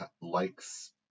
likes